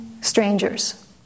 strangers